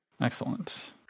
Excellent